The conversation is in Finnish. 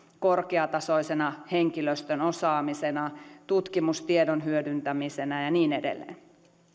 korkeatasoisena henkilöstön osaamisena tutkimustiedon hyödyntämisenä ja niin edelleen